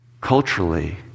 Culturally